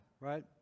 right